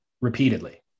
repeatedly